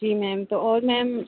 जी ma'am तो और ma'am